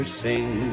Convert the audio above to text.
sing